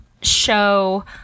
show